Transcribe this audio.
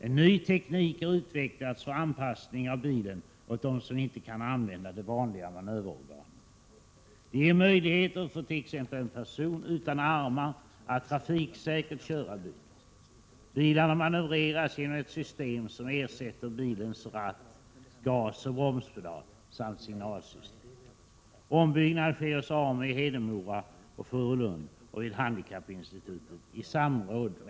En ny teknik har utvecklats för anpassning av bilen åt dem som inte kan använda de vanliga manöverorganen. Detta ger möjlighet för t.ex. en person utan armar att trafiksäkert köra bil. Bilarna manövreras genom ett system som ersätter ratt, gasoch bromspedal samt signalsystem. Ombyggnad sker i samråd med bilinspektör hos AMU i Hedemora och Furuland och vid Handikappinstitutet.